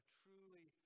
truly